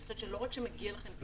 אני חושבת שלא רק שמגיע לכם פיצוי,